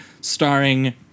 Starring